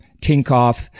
tinkoff